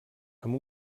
amb